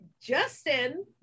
Justin